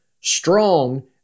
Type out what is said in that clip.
strong